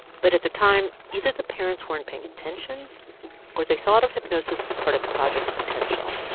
but at the time, either the parents weren't paying attention or they thought of hypnosis as part of project potential.